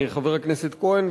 חבר הכנסת כהן,